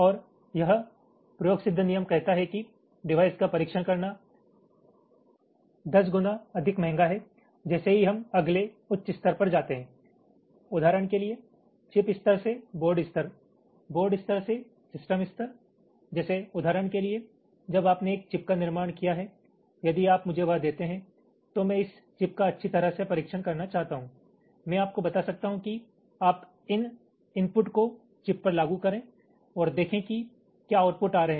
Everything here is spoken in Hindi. और यह प्रयोगसिद्ध नियम कहता है कि डिवाइस का परीक्षण करना 10 गुना अधिक महंगा है जैसे ही हम अगले उच्च स्तर पर जाते हैं उदाहरण के लिए चिप स्तर से बोर्ड स्तर बोर्ड स्तर से सिस्टम स्तर जैसे उदाहरण के लिए जब आपने एक चिप का निर्माण किया है यदि आप मुझे वह देते हैं तो मैं इस चिप का अच्छी तरह से परीक्षण करना चाहता हूँ मैं आपको बता सकता हूँ कि आप इन इनपुट को चिप पर लागू करे और देखें कि क्या ये आउटपुट आ रहे हैं